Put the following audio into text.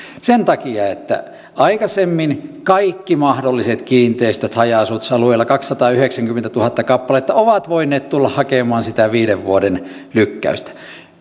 sen takia että aikaisemmin kaikki mahdolliset kiinteistöt haja asutusalueilla kaksisataayhdeksänkymmentätuhatta kappaletta ovat voineet tulla hakemaan sitä viiden vuoden lykkäystä